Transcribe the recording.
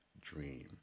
dream